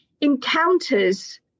encounters